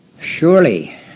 Surely